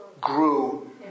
grew